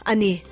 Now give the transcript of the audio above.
Ani